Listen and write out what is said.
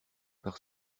par